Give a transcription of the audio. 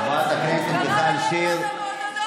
חברת הכנסת מיכל שיר,